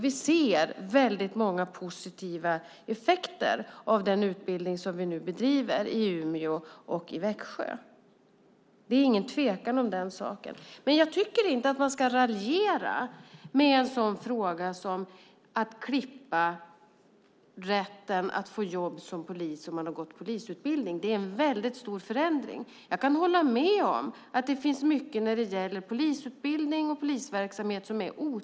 Vi ser väldigt många positiva effekter av den utbildning som vi nu bedriver i Umeå och Växjö. Det är ingen tvekan om den saken. Jag tycker inte att man ska raljera i en sådan fråga som frågan om att klippa rätten att få jobb som polis om man har gått polisutbildning. Det är en väldigt stor förändring. Jag kan hålla med om att det finns mycket som är otidsenligt när det gäller polisutbildning och polisverksamhet.